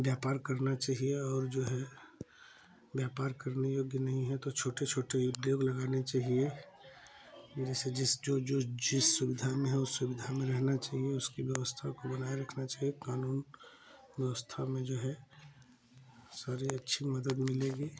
व्यापार करना चाहिए और जो है व्यापार करने योग्य नहीं हैं तो छोटे छोटे उद्योग लगाने चाहिए जैसे जिस जो जो जिस सुविधा में है वो सुविधा में रहना चाहिए उसकी व्यवस्था को बनाए रखना चाहिए क़ानून व्यवस्था में जो है सारी अच्छी मदद मिलेगी